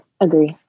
agree